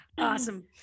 Awesome